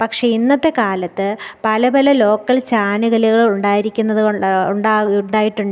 പക്ഷേ ഇന്നത്തെ കാലത്ത് പല പല ലോക്കൽ ചാനലുകൾ ഉണ്ടായിരിക്കുന്നതുകൊണ്ട് ഉണ്ടാ ഉണ്ടായിട്ടുണ്ട്